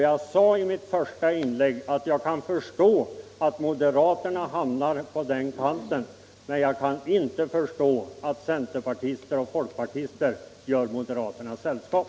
Jag sade i mitt första inlägg att jag kan förstå att moderaterna hamnar på den kanten men inte att centerpartister och folkpartister gör moderaterna sällskap.